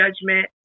judgment